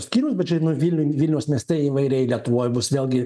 skyriaus bet čia nu vilniuj vilniaus mieste įvairiai lietuvoj bus vėlgi